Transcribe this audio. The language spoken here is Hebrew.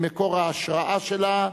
ממקור ההשראה שלה,